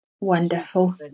wonderful